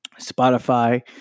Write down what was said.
Spotify